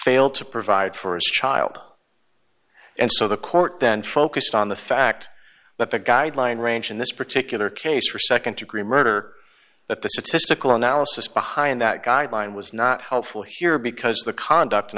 failed to provide for his child and so the court then focused on the fact that the guideline range in this particular case for nd degree murder that the statistical analysis behind that guideline was not helpful here because of the conduct and